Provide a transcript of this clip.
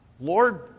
Lord